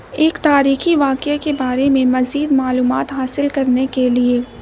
ایک تاریخی واقعے کے بارے میں مزید معلومات حاصل کرنے کے لیے